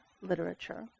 literature